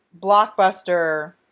blockbuster